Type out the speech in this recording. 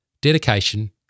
dedication